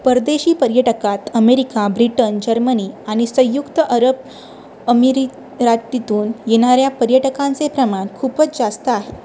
परदेशी पर्यटकात America Britain Germany आणि संयुक्त अरब अमिरिरातीतून येणाऱ्या पर्यटकांचे प्रमाण खूपच जास्त आहे